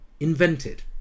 invented